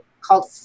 called